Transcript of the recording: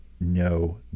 no